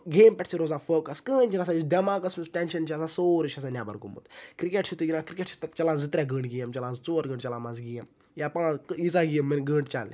گیمہِ پٮ۪ٹھ چھِ روزان فوکَس کٕہٕنۍ چھُنہٕ آسان یُس دٮ۪ماغَس منٛز یُس ٹٮ۪نشَن چھُ آسان سورُے چھِ آسان نٮ۪بَر گوٚمُت کِرٛکٮ۪ٹ چھُ تُہۍ گِنٛدان کِرٛکٮ۪ٹ چھُ تَتھ چَلان زٕ ترٛےٚ گٲنٛٹہٕ گیم چَلان ژور گٲنٛٹہٕ چَلان منٛزٕ گیم یا پانٛژھ ییٖژاہ گیمن گٲنٛٹہٕ چَلہِ